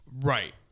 Right